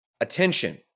attention